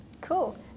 cool